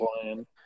playing